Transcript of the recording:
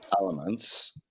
elements